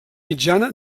mitjana